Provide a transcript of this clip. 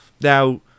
Now